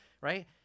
right